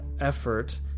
effort